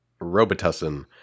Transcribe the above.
Robitussin